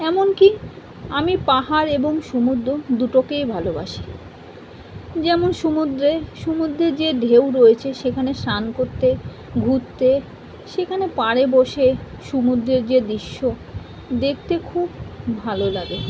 এমনকি আমি পাহাড় এবং সমুদ্র দুটোকেই ভালোবাসি যেমন সমুদ্রে সমুদ্রে যে ঢেউ রয়েছে সেখানে স্নান করতে ঘুরতে সেখানে পাড়ে বসে সমুদ্রের যে দৃশ্য দেখতে খুব ভালো লাগে